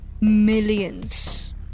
millions